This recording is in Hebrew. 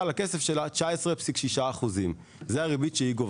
19.6% על הכסף שלה; זה הריבית שהיא גובה.